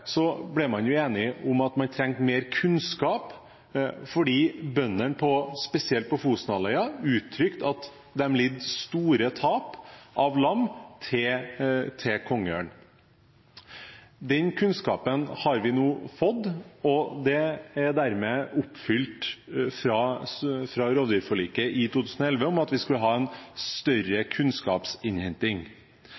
ble man enige om at man trengte mer kunnskap fordi bøndene, spesielt på Fosenhalvøya, uttrykte at de led store tap av lam til kongeørn. Den kunnskapen har vi nå fått, og man har dermed oppfylt rovviltforliket i 2011 om at vi skulle ha en større